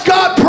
God